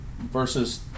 versus